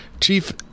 Chief